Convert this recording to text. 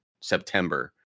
September